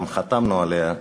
גם חתמנו עליה?